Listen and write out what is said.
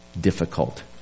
difficult